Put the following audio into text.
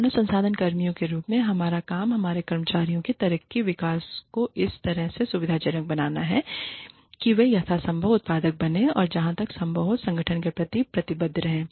मानव संसाधन कर्मियों के रूप में हमारा काम हमारे कर्मचारियों के तरक्की और विकास को इस तरह से सुविधाजनक बनाना है कि वे यथासंभव उत्पादक बने और जहाँ तक संभव हो संगठन के प्रति प्रतिबद्ध रहें